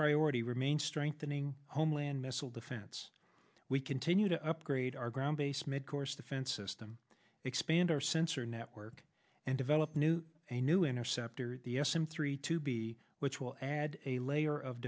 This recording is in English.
priority remains strengthening homeland missile defense we continue to upgrade our ground based midcourse defense system expand our sensor network and develop new a new interceptor the s m three two b which will add a layer of